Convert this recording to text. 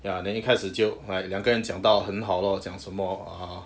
ya then 一开始就 like 两个人讲到很好 lor 讲什么 err